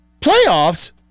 Playoffs